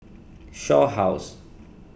Shaw House